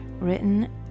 written